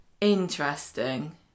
Interesting